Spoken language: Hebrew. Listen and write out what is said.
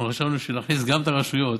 אנחנו חשבנו שנכניס גם את הרשויות,